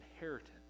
inheritance